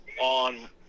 On